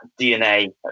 DNA